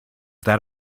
that